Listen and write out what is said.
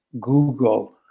Google